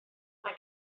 mae